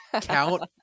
count